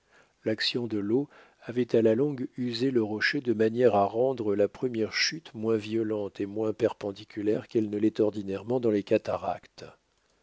l'action de l'eau avait à la longue usé le rocher de manière à rendre la première chute moins violente et moins perpendiculaire qu'elle ne l'est ordinairement dans les cataractes